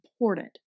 important